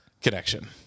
connection